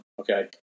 Okay